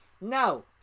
No